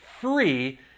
free